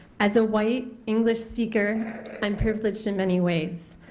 as a white english speaker i am privileged in many ways.